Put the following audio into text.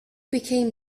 became